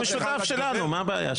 זה משותף שלנו, מה הבעיה שלך?